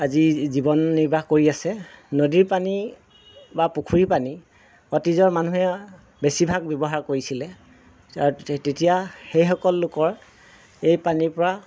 আজি জীৱন নিৰ্বাহ কৰি আছে নদীৰ পানী বা পুখুৰীৰ পানী অতীজৰ মানুহে বেছিভাগ ব্যৱহাৰ কৰিছিলে তাত তেতিয়া সেইসকল লোকৰ এই পানীৰ পৰা